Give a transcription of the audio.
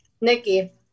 Nikki